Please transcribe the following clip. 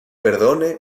perdone